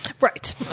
Right